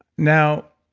now,